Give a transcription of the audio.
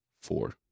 Four